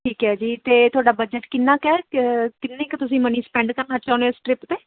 ਠੀਕ ਹੈ ਜੀ ਅਤੇ ਤੁਹਾਡਾ ਬਜਟ ਕਿੰਨਾ ਕੁ ਹੈ ਕਿੰਨੀ ਕੁ ਤੁਸੀਂ ਮਨੀ ਸਪੈਂਡ ਕਰਨਾ ਚਾਹੁੰਦੇ ਹੋ ਇਸ ਟ੍ਰਿਪ 'ਤੇ